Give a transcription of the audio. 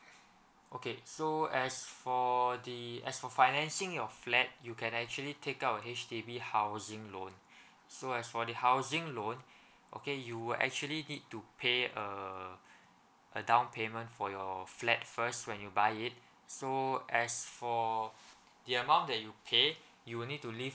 okay so as for the as for financing your flat you can actually take up a H_D_B housing loan so as for the housing loan okay you actually need to pay a a down payment for your flat first when you buy it so as for the amount that you pay you will need to leave